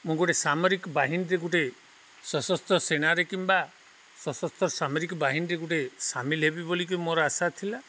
ମୁଁ ଗୋଟେ ସାମରିକ ବାହିନୀରେ ଗୋଟେ ସଶସ୍ତ୍ର ସେନାରେ କିମ୍ବା ସଶସ୍ତ୍ର ସାମରିକ ବାହିନୀରେ ଗୋଟେ ସାମିଲ ହେବି ବୋଲିକି ମୋର ଆଶା ଥିଲା